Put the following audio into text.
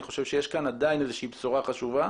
אני חושב שעדיין יש כאן בשורה חשובה.